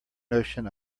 notion